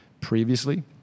previously